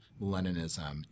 Leninism